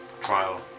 trial